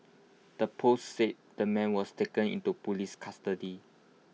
the post said the man was taken into Police custody